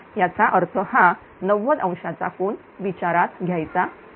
याचा अर्थ हा 90° कोन विचारात घ्यायचा आहे